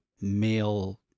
male